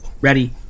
Ready